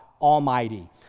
Almighty